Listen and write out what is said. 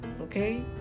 Okay